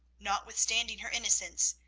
notwithstanding her innocence,